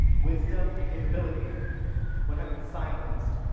wisdom, and capability would have been silenced